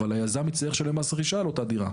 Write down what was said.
אבל היזם יצטרך לשלם מס רכישה על אותה דירה.